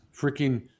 freaking